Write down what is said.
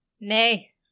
Nay